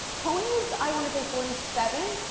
tony's, i wanna say forty seven.